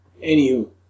anywho